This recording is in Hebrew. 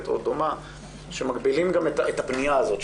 או דומה שמגבילים גם את הפנייה הזאת,